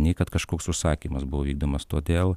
nei kad kažkoks užsakymas buvo vykdomas todėl